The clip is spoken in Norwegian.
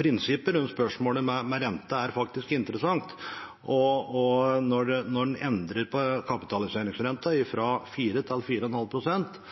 Prinsippet rundt spørsmålet med rente er faktisk interessant, og når en endrer på kapitaliseringsrenten fra 4 til 4,5